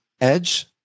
Edge